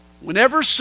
Whenever